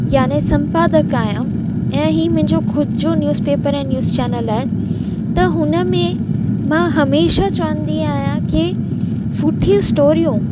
याने संपादक आहियां ऐं हीअ मुंहिंजो ख़ुदि जो न्यूसपेपर ऐं न्यूस चैनल आहे त हुन में मां हमेशह चवंदी आहियां की सुठी स्टोरियूं